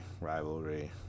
rivalry